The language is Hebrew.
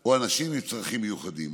או אנשים עם צרכים מיוחדים.